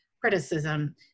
criticism